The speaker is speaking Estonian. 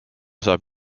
saab